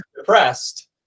depressed